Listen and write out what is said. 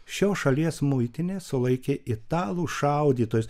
šios šalies muitinė sulaikė italų šaudytojus